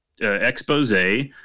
expose